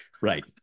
Right